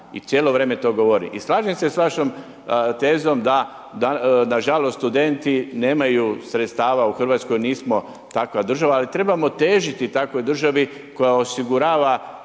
i cijelo vrijeme to govorim. I slažem se sa vašom tezom da nažalost studenti nemaju sredstava u Hrvatskoj nismo takva država ali trebamo težiti takvoj državi koja osigurava